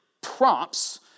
prompts